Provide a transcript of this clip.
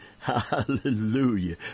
Hallelujah